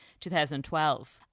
2012